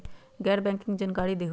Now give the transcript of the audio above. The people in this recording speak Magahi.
गैर बैंकिंग के जानकारी दिहूँ?